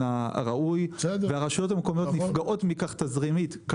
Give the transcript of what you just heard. הראוי והרשויות המקומיות נפגעות מכך תזרימית.